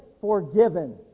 forgiven